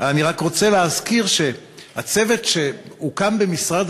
אני רק רוצה להזכיר שהצוות שהוקם במשרד